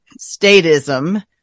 statism